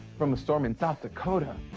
from a storm in south dakota.